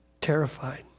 terrified